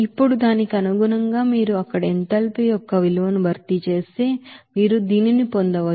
ఇప్పుడు దానికి అనుగుణంగా మీరు అక్కడ ఎంథాల్పీ యొక్క విలువను భర్తీ చేస్తే మీరు దీనిని పొందవచ్చు ఇక్కడ 8